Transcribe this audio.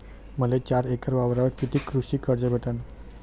मले चार एकर वावरावर कितीक कृषी कर्ज भेटन?